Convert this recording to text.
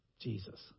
Jesus